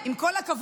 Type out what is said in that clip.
מה קורה